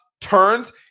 turns –